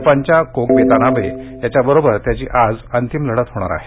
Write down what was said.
जपानच्या Koki Watanabe याच्याबरोबर त्याची आज अंतिम लढत होणार आहे